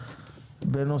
בוקר טוב,